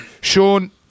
Sean